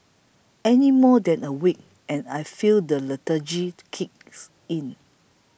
any more than a week and I feel the lethargy kick in